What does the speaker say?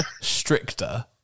stricter